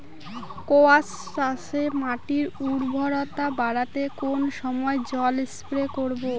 কোয়াস চাষে মাটির উর্বরতা বাড়াতে কোন সময় জল স্প্রে করব?